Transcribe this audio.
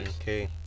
Okay